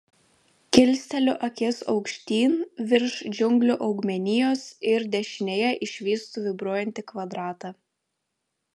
kilsteliu akis aukštyn virš džiunglių augmenijos ir dešinėje išvystu vibruojantį kvadratą